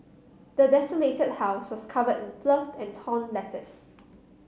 the desolate house was covered in filth and torn letters